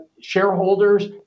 shareholders